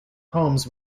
homes